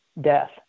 death